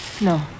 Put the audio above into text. No